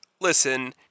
listen